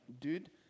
dude